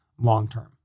long-term